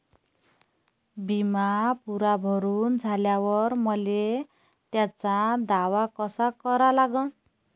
बिमा पुरा भरून झाल्यावर मले त्याचा दावा कसा करा लागन?